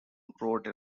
wrote